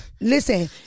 Listen